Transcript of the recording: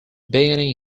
beginning